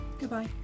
Goodbye